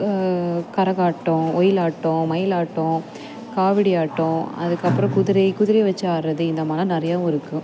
கரகாட்டம் ஒயிலாட்டம் மயிலாட்டம் காவடியாட்டம் அதுக்கப்புறம் குதிரை குதிரையை வெச்சு ஆடுறது இந்த மாதிரிலாம் நிறையாவும் இருக்கும்